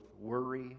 worry